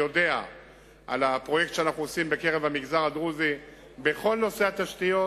יודע על הפרויקט שאנו עושים בקרב המגזר הדרוזי בכל נושא התשתיות,